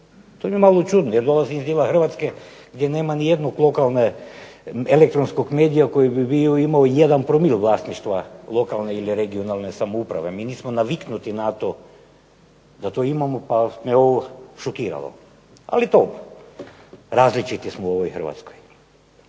To je malo čudno. Jer dolazim iz dijela Hrvatske gdje nama nijednog lokalnog elektronskog medija u kojima bi imao jedan promil vlasništva lokalne ili regionalne samouprave. Mi nismo naviknuti na to da to imamo pa me ovo šokiralo. Ali dobro, različiti smo u ovoj Hrvatskoj.